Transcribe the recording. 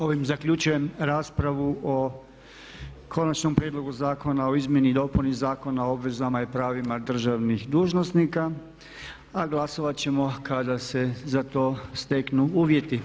Ovim zaključujem raspravu o konačnom prijedlogu Zakona o izmjeni i dopuni Zakona o obvezama i pravima državnih dužnosnika, a glasovat ćemo kada se za to steknu uvijeti.